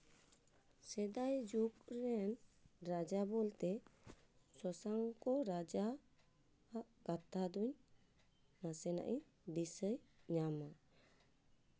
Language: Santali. ᱥᱮᱫᱟᱭ ᱡᱩᱜᱽ ᱨᱮᱱ ᱨᱟᱡᱟ ᱵᱚᱞᱛᱮ ᱥᱚᱥᱟᱝᱠᱚ ᱨᱟᱡᱟᱣᱟᱜ ᱠᱟᱛᱷᱟ ᱫᱩᱧ ᱱᱟᱥᱮᱱᱟᱜ ᱤᱧ ᱫᱤᱥᱟᱹ ᱧᱟᱢᱟ